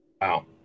Wow